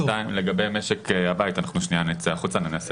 שתיים, לגבי משק הבית, שנייה נצא החוצה.